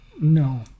No